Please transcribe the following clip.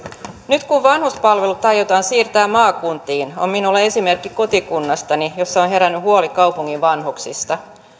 nyt kun vanhuspalvelut aiotaan siirtää maakuntiin on minulla esimerkki kotikunnastani jossa on herännyt huoli kaupungin vanhuksista rakenteilla on